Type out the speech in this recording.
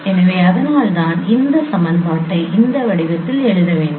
எனவே அதனால்தான் இந்த சமன்பாட்டை இந்த வடிவத்தில் எழுத வேண்டும்